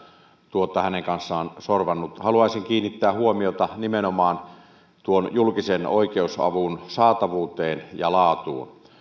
tuota hänen kanssaan sorvannut haluaisin kiinnittää huomiota nimenomaan julkisen oikeusavun saatavuuteen ja laatuun